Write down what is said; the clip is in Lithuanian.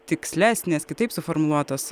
tikslesnės kitaip suformuluotos